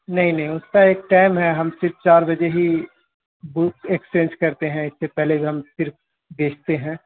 نہیں نہیں اس کا ایک ٹائم ہے ہم صرف چار بجے ہی بک ایکسچینج کرتے ہیں اس سے پہلے ہم صرف بیچتے ہیں